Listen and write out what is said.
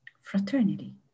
Fraternity